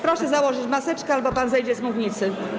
Proszę założyć maseczkę albo pan zejdzie z mównicy.